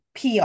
PR